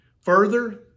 Further